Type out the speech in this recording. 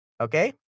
Okay